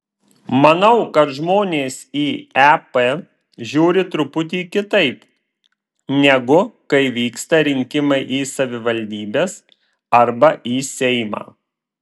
manau kad žmonės į ep žiūri truputį kitaip negu kai vyksta rinkimai į savivaldybes arba į seimą